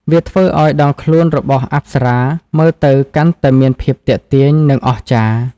វាធ្វើឱ្យដងខ្លួនរបស់អប្សរាមើលទៅកាន់តែមានភាពទាក់ទាញ និងអស្ចារ្យ។